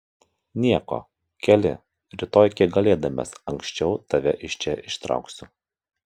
nieko keli rytoj kiek galėdamas anksčiau tave iš čia ištrauksiu